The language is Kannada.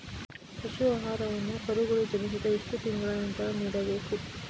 ಪಶು ಆಹಾರವನ್ನು ಕರುಗಳು ಜನಿಸಿದ ಎಷ್ಟು ತಿಂಗಳ ನಂತರ ನೀಡಬೇಕು?